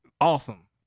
Awesome